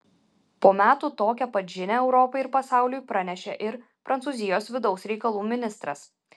po metų tokią pat žinią europai ir pasauliui pranešė ir prancūzijos vidaus reikalų ministras